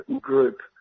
group